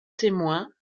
témoins